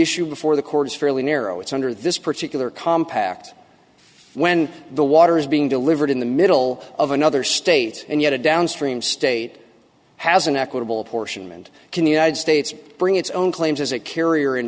issue before the court is fairly narrow it's under this particular compact when the water is being delivered in the middle of another state and yet a downstream state has an equitable apportionment can the united states bring its own claims as a carrier